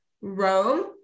Rome